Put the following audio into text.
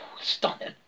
Stunning